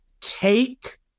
take